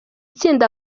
tsinda